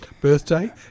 birthday